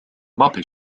muppet